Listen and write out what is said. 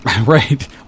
Right